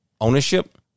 ownership